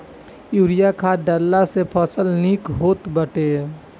urea खाद डालला से फसल निक होत बाटे